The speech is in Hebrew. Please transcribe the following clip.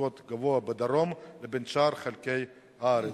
התינוקות הגבוהה בדרום לבין שאר חלקי הארץ,